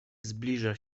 zbliża